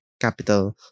capital